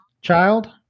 child